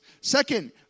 Second